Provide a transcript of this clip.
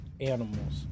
animals